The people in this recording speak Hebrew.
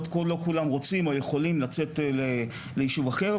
כולם יכולים או רוצים לצאת ליישוב אחר,